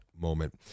moment